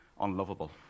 unlovable